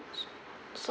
so so